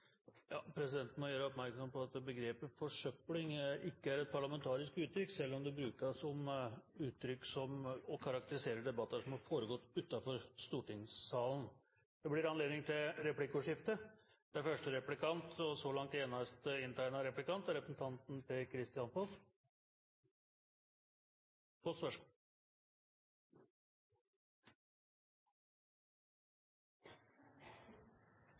Presidenten må gjøre oppmerksom på at begrepet «forsøpling» ikke er et parlamentarisk uttrykk, selv om det brukes for å karakterisere debatter som har foregått utenfor stortingssalen. Det blir anledning til replikkordskifte.